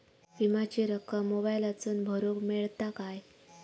विमाची रक्कम मोबाईलातसून भरुक मेळता काय?